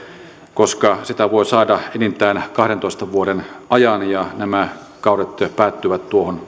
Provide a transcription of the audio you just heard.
koska sitä voi saada enintään kahdentoista vuoden ajan ja nämä kaudet päättyvät tuohon